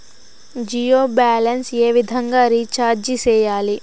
Jio balance ఏ విధంగా recharge సేయాలి?